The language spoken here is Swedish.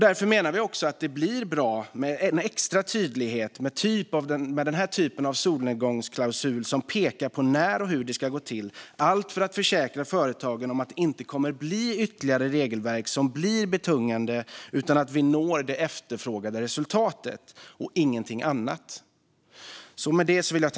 Därför menar vi att det är bra med extra tydlighet med denna typ av solnedgångsklausul, som pekar på när och hur det ska gå till, för att försäkra företagen om att det inte kommer att bli ytterligare regelverk som blir betungande utan att vi når det efterfrågade resultatet och ingenting annat.